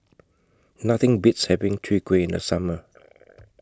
Nothing Beats having Chwee Kueh in The Summer